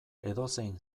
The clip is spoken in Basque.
edozein